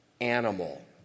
animal